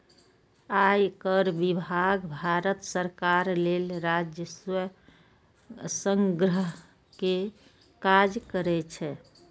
आयकर विभाग भारत सरकार लेल राजस्व संग्रह के काज करै छै